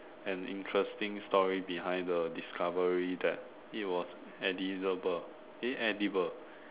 an interesting story behind the discovery that it was edisible eh edible